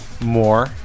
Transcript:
more